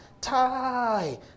Tie